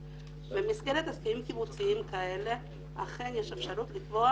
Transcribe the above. במסגרת הסכמים קיבוציים כאלה אכן יש אפשרות לקבוע